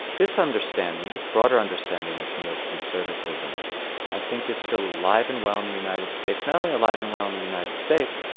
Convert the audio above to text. this understanding, this broader understanding of neo-conservatism i think is still alive and well in the united states, not only alive and well in the united states,